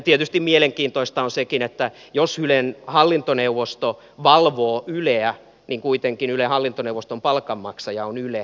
tietysti mielenkiintoista on sekin että jos ylen hallintoneuvosto valvoo yleä niin kuitenkin ylen hallintoneuvoston palkanmaksaja on yle